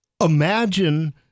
imagine